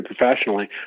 professionally